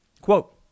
Quote